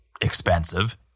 expensive